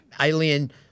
alien